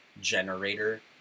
Generator